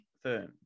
firm